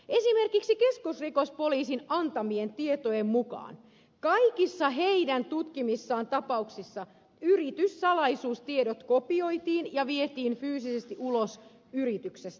esimerkiksi keskusrikospoliisin antamien tietojen mukaan kaikissa sen tutkimissa tapauksissa yrityssalaisuustiedot kopioitiin ja vietiin fyysisesti ulos yrityksestä